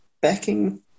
backing